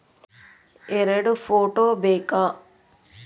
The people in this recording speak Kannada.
ಎರಡು ಫೋಟೋ ಬೇಕಾ?